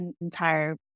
entire